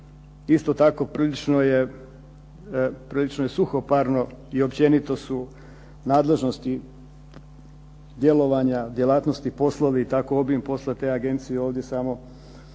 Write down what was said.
Isto tako prilično je suhoparno i općenito su nadležnosti, djelovanja, djelatnosti, poslovi i obim posla te agencije ovdje samo navedeni.